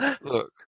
look